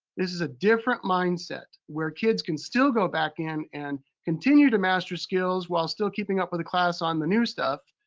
this is a different mindset where kids can still go back in and continue to master skills while still keeping up with the class on the new stuff.